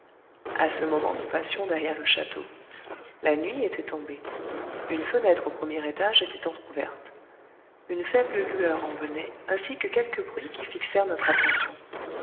à ce moment nous passions derrière le château la nuit était tombée une fenêtre au premier étage était entr'ouverte une faible lueur en venait ainsi que quelques bruits qui fixèrent notre attention